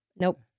nope